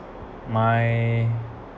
my